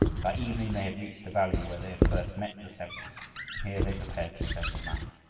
by evening they had reached the valley where they had first met the savages and here they prepared to spend the night.